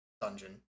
Dungeon